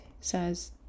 says